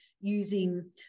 using